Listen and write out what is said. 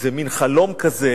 איזה מין חלום כזה